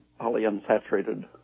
polyunsaturated